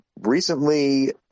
recently